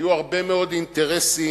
היו הרבה מאוד אינטרסים,